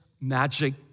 magic